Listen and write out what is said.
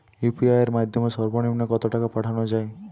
UPI এর মাধ্যমে সর্ব নিম্ন কত টাকা পাঠানো য়ায়?